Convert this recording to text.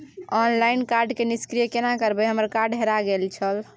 Online card के निष्क्रिय केना करबै हमर कार्ड हेराय गेल छल?